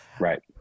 Right